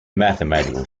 mathematical